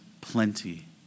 plenty